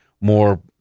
more